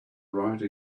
write